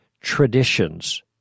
traditions